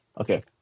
okay